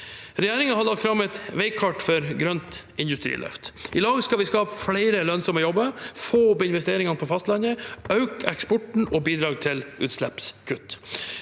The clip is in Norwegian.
Regjeringen har lagt fram et veikart for grønt industriløft. Sammen skal vi skape flere lønnsomme jobber, få opp investeringene på fastlandet, øke eksporten og bidra til utslippskutt.